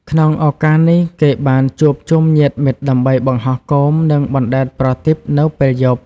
ក្នុងឱកាសនេះ គេបានជួបជុំញាតិមិត្តដើម្បីបង្ហោះគោម និងបណ្ដែតប្រទីបនៅពេលយប់។